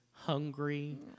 Hungry